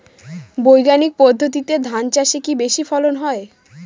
বৈজ্ঞানিক পদ্ধতিতে ধান চাষে কি বেশী ফলন হয়?